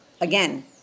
again